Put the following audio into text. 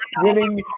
winning